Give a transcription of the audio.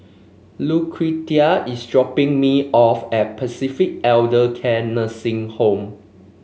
Lucretia is dropping me off at Pacific Elder Care Nursing Home